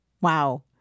Wow